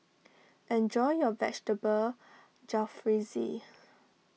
enjoy your Vegetable Jalfrezi